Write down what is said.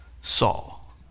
Saul